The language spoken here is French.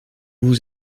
vous